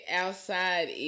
outside